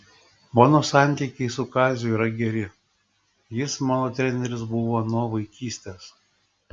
mano santykiai su kaziu yra geri jis mano treneris buvo nuo vaikystės